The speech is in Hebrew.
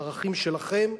הערכים שלכם,